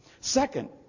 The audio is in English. Second